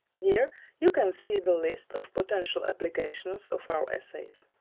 here you can see the list of potential applications of our assays.